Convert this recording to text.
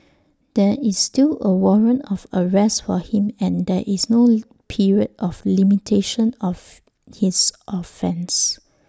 there is still A warrant of arrest for him and there is no period of limitation of his offence